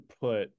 put